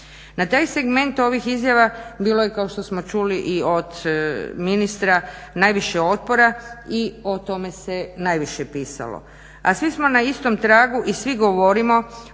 Na taj segment ovih izjava bilo je kao što smo čuli i od ministra najviše otpora i o tome se najviše pisalo. A svi smo na istom tragu i svi govorimo